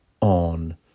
on